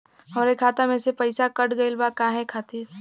हमरे खाता में से पैसाकट गइल बा काहे खातिर?